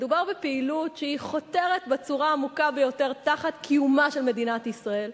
מדובר בפעילות שחותרת בצורה העמוקה ביותר תחת קיומה של מדינת ישראל.